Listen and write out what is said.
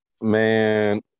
man